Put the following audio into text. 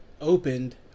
opened